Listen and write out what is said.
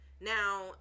Now